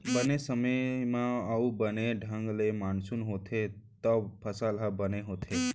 बने समे म अउ बने ढंग ले मानसून होथे तव फसल ह बने होथे